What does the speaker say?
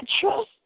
trust